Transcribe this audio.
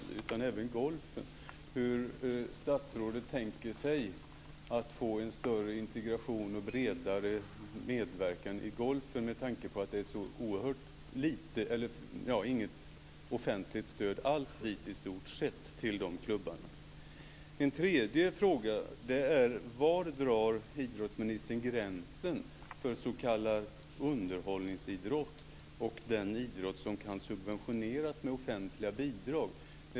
Hur tänker sig statsrådet att få större integration och bredare medverkan i golfen, med tanke på att det i stort sett inte finns något offentligt stöd till de klubbarna? Var drar idrottsministern gränsen för s.k. underhållningsidrott och den idrott som kan subventioneras med offentliga bidrag?